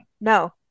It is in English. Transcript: No